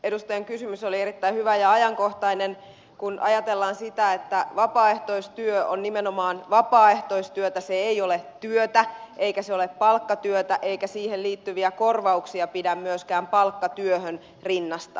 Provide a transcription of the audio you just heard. edustajan kysymys oli erittäin hyvä ja ajankohtainen kun ajatellaan sitä että vapaaehtoistyö on nimenomaan vapaaehtoistyötä se ei ole työtä eikä se ole palkkatyötä eikä siihen liittyviä korvauksia pidä myöskään palkkatyöhön rinnastaa